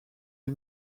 des